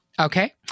Okay